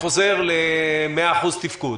העסק חוזר למאה אחוז תפקוד.